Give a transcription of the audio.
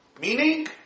Meaning